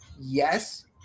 Yes